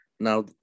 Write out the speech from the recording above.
Now